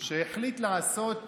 שהחליט לעשות